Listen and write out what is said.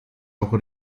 auch